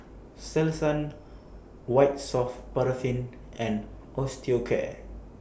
Selsun White Soft Paraffin and Osteocare